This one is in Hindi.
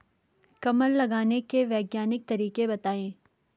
कमल लगाने के वैज्ञानिक तरीके बताएं?